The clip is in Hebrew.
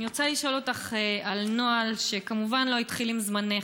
אני רוצה לשאול אותך על נוהל שכמובן לא התחיל עם זמנך,